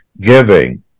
giving